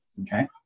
okay